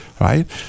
right